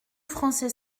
français